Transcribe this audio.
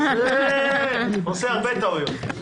עושה הרבה טעויות.